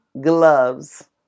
gloves